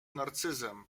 narcyzem